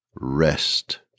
rest